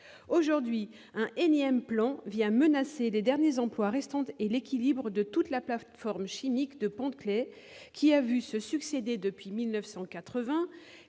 Aujourd'hui, un énième plan vient menacer les derniers emplois restants et l'équilibre de toute la plateforme chimique de Pont-de-Claix, qui a vu se succéder, depuis 1980,